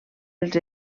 els